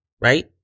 right